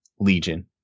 Legion